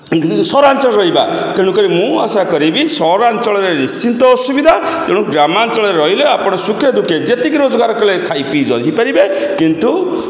ସହରାଞ୍ଚଳ ରହିବା ତେଣୁକରି ମୁଁ ଆଶା କରିବି ସହରାଞ୍ଚଳରେ ନିଶ୍ଚିନ୍ତ ଅସୁବିଧା ତେଣୁ ଗ୍ରାମାଞ୍ଚଳରେ ରହିଲେ ଆପଣ ସୁଖେ ଦୁଃଖେ ଯେତିକି ରୋଜଗାର କଲେ ଖାଇ ପିଇ ଜଞ୍ଜିପାରିବେ କିନ୍ତୁ